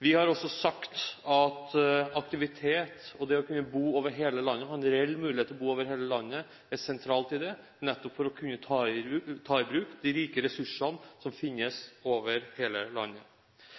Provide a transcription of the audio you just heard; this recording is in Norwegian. Vi har også sagt at aktivitet og det at en har en reell mulighet til å kunne bo over hele landet, er sentralt her, nettopp for å kunne ta i bruk de rike ressursene som finnes over hele landet.